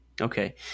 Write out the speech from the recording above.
Okay